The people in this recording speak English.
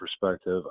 perspective